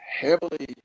heavily